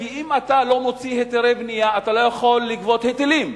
כי אם אתה לא מוציא היתרי בנייה אתה לא יכול לגבות היטלים.